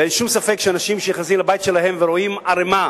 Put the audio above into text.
ואין שום ספק שאנשים שנכנסים לבית שלהם ורואים ערימה